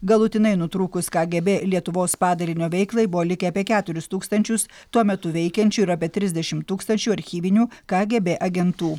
galutinai nutrūkus kgb lietuvos padalinio veiklai buvo likę apie keturis tūkstančius tuo metu veikiančių ir apie trisdešim tūkstančių archyvinių kgb agentų